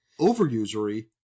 overusury